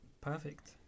perfect